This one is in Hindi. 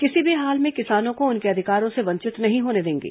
किसी भी हाल में किसानों को उनके अधिकारों से वंचित नहीं होने देंगे